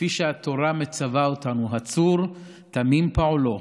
כפי שהתורה מצווה אותנו, "הצור תמים פעלו,